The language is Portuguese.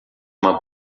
uma